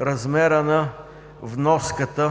размера на вноската